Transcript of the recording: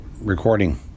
recording